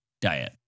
diet